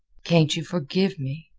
can't you forgive me?